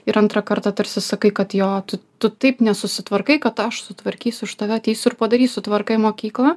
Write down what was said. ir antrą kartą tarsi sakai kad jo tu tu taip nesusitvarkai kad aš sutvarkysiu už tave ateisiu ir padarysiu sutvarką į mokyklą